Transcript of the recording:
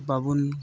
ᱵᱟᱵᱚᱱ